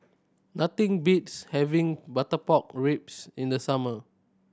nothing beats having butter pork ribs in the summer